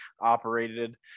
operated